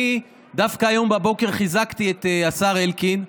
אני דווקא היום בבוקר חיזקתי את השר אלקין,